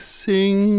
sing